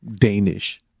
Danish